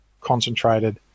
concentrated